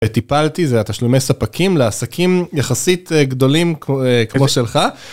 טיפלתי, זה התשלומי ספקים לעסקים יחסית גדולים, כמו שלך.